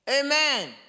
Amen